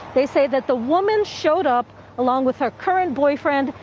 they say that the woman showed up along with her current boyfriend,